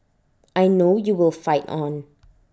I know you will fight on